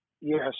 Yes